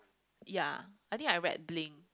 ya I think I read Blink